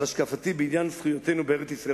על השקפתי בעניין זכויותינו בארץ-ישראל.